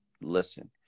listen